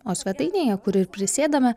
o svetainėje kur ir prisėdome